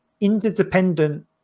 interdependent